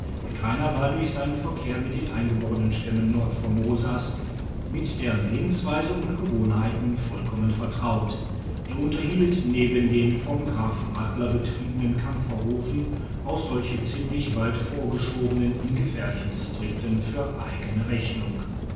herr greiner war durch seinen verkehr mit den eingeborenen stämmen nordformosas mit deren lebensweise und gewohnheiten vollkommen vertraut er unterhielt neben den vom grafen buttler betriebenen kampferöfen auch solche ziemlich weit vorgeschoben in gefährlichen distrikten für eigene rechnung